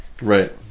Right